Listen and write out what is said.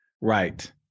right